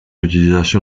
l’utilisation